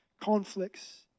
conflicts